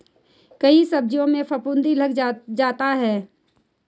कई सब्जियों में फफूंदी लग जाता है